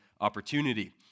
opportunity